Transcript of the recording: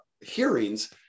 hearings